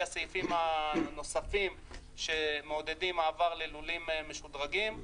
הסעיפים הנוספים שממעודדים מעבר ללולים משודרגים,